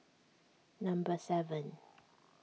number seven